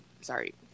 sorry